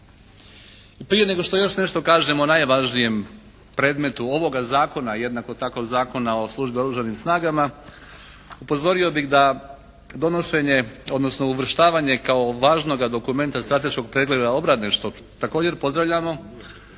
Prije nego što još nešto kažem o najvažnijem predmetu ovoga zakona, jednako tako Zakona o službi u oružanim snagama upozorio bih da donošenje odnosno uvrštavanje kao važnoga dokumenta strateškog pregleda obrane što također pozdravljamo